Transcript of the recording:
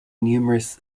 numerous